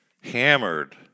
hammered